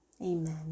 Amen